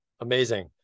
Amazing